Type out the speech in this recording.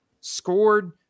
scored